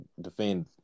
defend